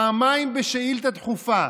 פעמיים בשאילתה דחופה,